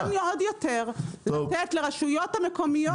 ולכן נכון עוד יותר לתת לרשויות המקומיות